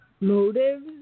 motives